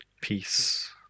peace